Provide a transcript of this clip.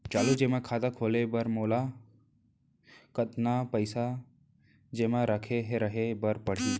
चालू जेमा खाता खोले बर मोला कतना पइसा जेमा रखे रहे बर पड़ही?